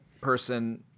person